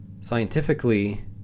Scientifically